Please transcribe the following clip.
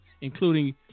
including